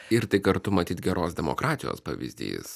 ir tai kartu matyt geros demokratijos pavyzdys